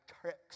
tricks